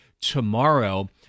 tomorrow